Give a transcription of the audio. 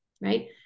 right